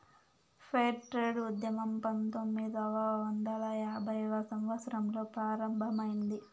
fair trade ఉద్యమం పంతొమ్మిదవ వందల యాభైవ సంవత్సరంలో ప్రారంభమైంది